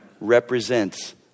represents